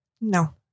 No